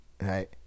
right